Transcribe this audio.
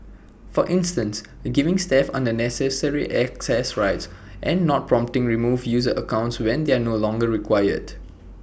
for instance giving staff unnecessary access rights and not promptly removing user accounts when they are no longer required